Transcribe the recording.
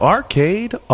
Arcade